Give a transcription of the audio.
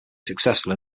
successful